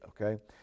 okay